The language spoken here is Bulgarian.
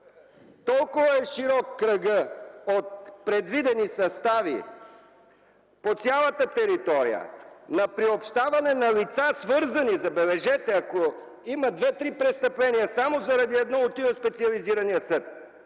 Толкова е широк кръгът от предвидени състави по цялата територия на приобщаване на лица, свързани – забележете, че ако има 2-3 престъпления, само заради едно, отива в специализирания съд.